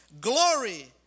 Glory